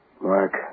Mark